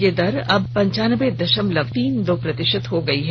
यह दर अब पंचानबे दशमलव तीन दो प्रतिशत हो गयी है